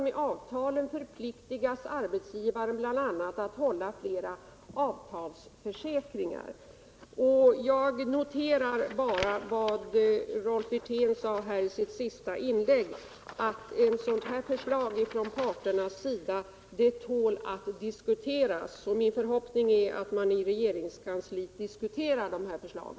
Med avtalen förpliktigas arbetsgivaren bl.a. att hålla flera avtalsförsäkringar.” | Jag vill bara notera att Rolf Wirtén i sitt senaste anförande sade att sådana här inlägg från parternas sida tål att diskuteras. Min förhoppning är att man i regeringskansliet diskuterar dessa förslag.